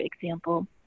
example